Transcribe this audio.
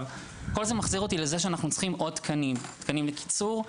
כל זה מחזיר אותי לכך שצריך עוד תקנים: תקנים לקיצור,